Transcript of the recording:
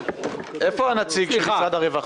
איפה הנציג של משרד הרווחה?